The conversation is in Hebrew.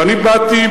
ואני באתי,